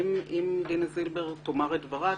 האם דינה זילבר תאמר את דברה,